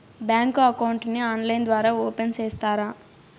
Bank account ని online ద్వారా open సేస్తారా?